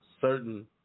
certain